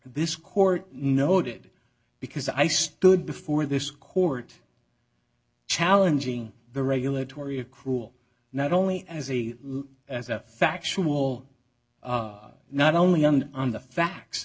this court noted because i stood before this court challenging the regulatory of cruel not only as a as a factual not only on on the facts